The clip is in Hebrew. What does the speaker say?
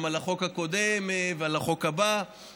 גם על החוק הקודם ועל החוק הבא,